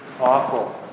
awful